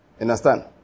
Understand